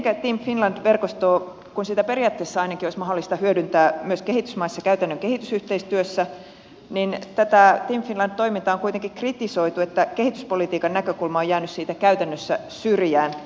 team finland verkostoa periaatteessa ainakin olisi mahdollista hyödyntää myös kehitysmaissa käytännön kehitysyhteistyössä mutta tätä team finland toimintaa on kuitenkin kritisoitu siitä että kehityspolitiikan näkökulma on jäänyt siitä käytännössä syrjään